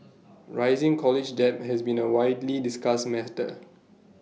rising college debt has been A widely discussed matter